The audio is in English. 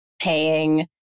paying